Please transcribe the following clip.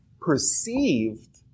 perceived